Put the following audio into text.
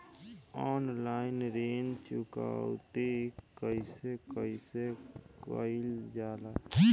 Online ऋण चुकौती कइसे कइसे कइल जाला?